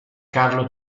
carlo